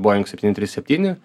bojing septyni trys septyni